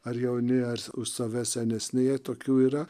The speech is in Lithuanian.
ar jauni ar už save senesni jei tokių yra